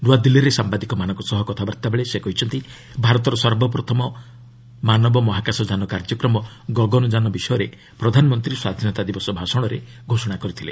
ନୂଆଦିଲ୍ଲୀରେ ସାମ୍ବାଦିକମାନଙ୍କ ସହ କଥାବାର୍ତ୍ତାବେଳେ ସେ କହିଛନ୍ତି ଭାରତର ସର୍ବପ୍ରଥମ ମାନବ ମହାକାଶଯାନ କାର୍ଯ୍ୟକ୍ରମ ଗଗନଯାନ ବିଷୟରେ ପ୍ରଧାନମନ୍ତ୍ରୀ ସ୍ୱାଧୀନତା ଦିବସ ଭାଷଣରେ ଘୋଷଣା କରିଥିଲେ